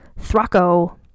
Throcko